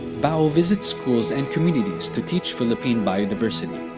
bow visits schools and communities to teach philippine biodiversity.